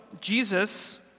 Jesus